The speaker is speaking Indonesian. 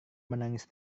menangis